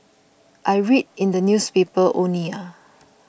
I read in the newspaper only ah